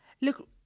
Look